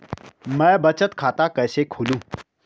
मैं बचत खाता कैसे खोलूँ?